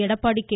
Edappadi K